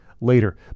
later